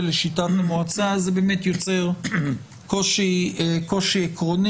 ולשיטת המועצה זה באמת יוצר קושי עקרוני,